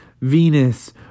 Venus